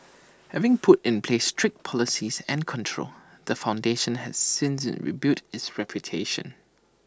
having put in place strict policies and controls the foundation has since rebuilt its reputation